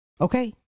Okay